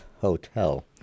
hotel